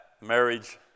marriage